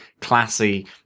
classy